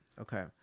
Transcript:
Okay